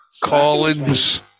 Collins